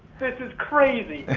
this is crazy.